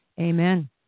Amen